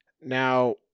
Now